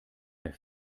der